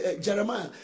Jeremiah